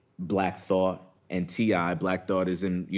black thought and t i. black thought is in, you